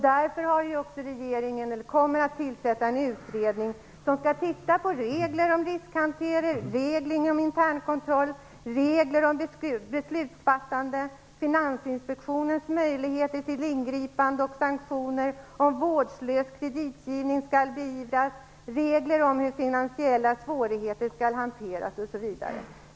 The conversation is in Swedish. Därför kommer nu regeringen att tillsätta en utredning som skall se över regler om riskhantering, om internkontroll, om beslutsfattande, om Finansinspektionens möjligheter till ingripande och sanktioner, om ifall vårdslös kreditgivning skall beivras, om hur finansiella svårigheter skall hanteras osv.